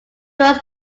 was